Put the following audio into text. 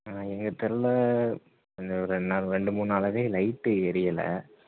எங்கள் தெருவில் கொஞ்சம் ரெண்ட் ரெண்டு மூணு நாளாகவே லைட்டு எரியலை